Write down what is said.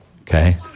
okay